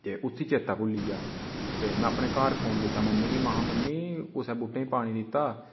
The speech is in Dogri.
ते उस्सी चेता भुल्ली गेआ ते में अपने घर फोन कीता मम्मी गी महां मम्मी कुसै ने बीह्टे गी पानी दित्ता